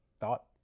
thought